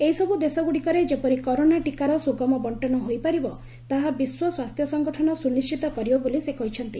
ଏହିସବ୍ ଦେଶଗ୍ରଡ଼ିକରେ ଯେପରି କରୋନା ଟିକାର ସ୍ତଗମ ବଣ୍ଟନ ହୋଇପାରିବ ତାହା ବିଶ୍ୱ ସ୍ୱାସ୍ଥ୍ୟ ସଂଗଠନ ସୁନିଶ୍ଚିତ କରିବ ବୋଲି ସେ କହିଛନ୍ତି